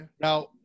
Now